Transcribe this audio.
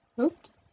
Oops